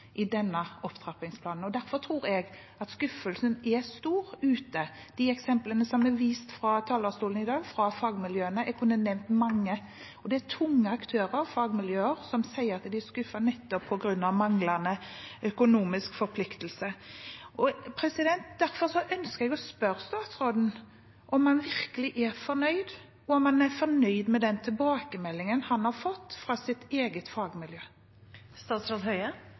i denne opptrappingsplanen også. Derfor tror jeg at skuffelsen ute er stor. Fra talerstolen i dag er det vist til eksempler fra fagmiljøene. Jeg kunne nevnt mange tunge aktører, fagmiljøer, som sier at de er skuffet, nettopp på grunn av manglende økonomisk forpliktelse. Derfor ønsker jeg å spørre statsråden om han virkelig er fornøyd, og om han er fornøyd med den tilbakemeldingen han har fått fra sitt eget